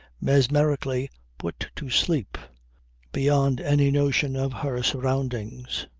mesmerically put to sleep beyond any notion of her surroundings.